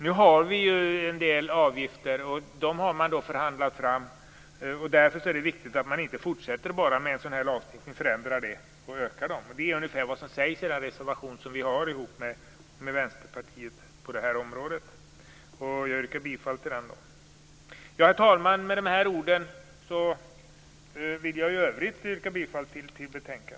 Nu har vi en del avgifter. Dem har man ofta förhandlat fram. Därför är det viktigt att man inte bara fortsätter med denna lagstiftning, förändrar och ökar avgifterna. Det är ungefär vad som sägs i den reservation som vi har tillsammans med Vänsterpartiet på det här området. Jag yrkar bifall till den reservationen. Herr talman! Med de här orden yrkar jag i övrigt bifall till utskottets hemställan.